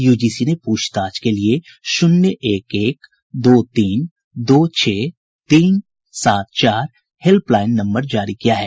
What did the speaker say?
UGC ने पूछताछ के लिए शून्य एक एक दो तीन दो छह तीन सात चार हेल्पलाइन नम्बर जारी किया है